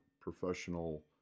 professional